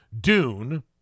Dune